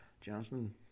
Johnson